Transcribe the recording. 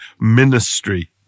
ministry